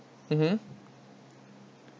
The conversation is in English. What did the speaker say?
mmhmm